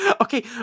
okay